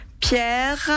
Pierre